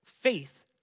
faith